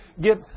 get